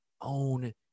own